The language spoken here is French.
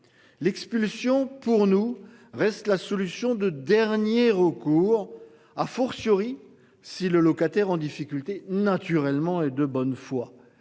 L'expulsion pour nous reste la solution de dernier recours, a fortiori si le locataire en difficulté naturellement et de bonne foi.